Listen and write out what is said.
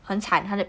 很惨她的